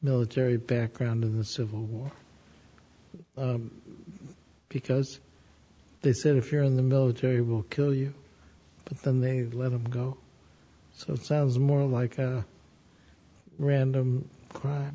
military background in the civil war because they said if you're in the military will kill you but then they let him go so it sounds more like a random crime